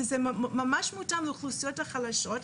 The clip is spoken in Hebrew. וזה ממש מותאם לאוכלוסיות החלשות.